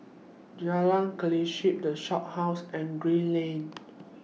Jalan Kelichap The Shophouse and Green Lane